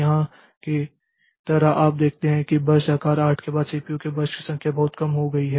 यहाँ की तरह आप देखते हैं कि बर्स्ट आकार 8 के बाद सीपीयू के बर्स्ट की संख्या बहुत कम हो गई है